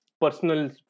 personal